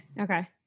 Okay